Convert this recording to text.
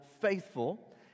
Faithful